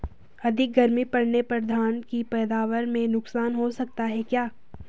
अधिक गर्मी पड़ने पर धान की पैदावार में नुकसान हो सकता है क्या?